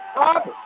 up